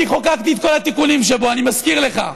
אני חוקקתי את כל התיקונים שבו, אני מזכיר לך.